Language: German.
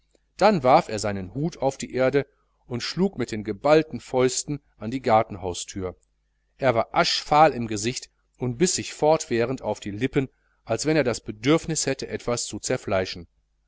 dann warf er seinen hut auf die erde und schlug mit den geballten fäusten an die gartenhausthür er war aschfahl im gesicht und biß sich fortwährend auf die lippen als wenn er das bedürfnis hätte etwas zu zerfleischen